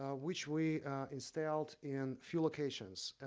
ah which we installed in few locations.